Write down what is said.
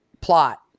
plot